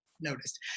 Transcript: Noticed